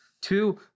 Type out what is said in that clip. Two